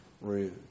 rude